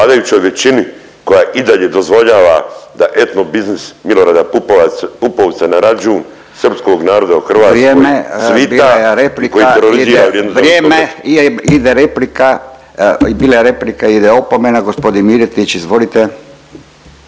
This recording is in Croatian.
replika, bila je replika, ide opomena. Gospodin Miletić izvolite.